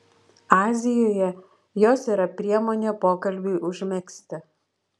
azijoje jos yra priemonė pokalbiui užmegzti